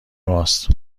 ماست